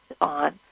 on